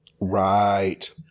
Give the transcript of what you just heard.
Right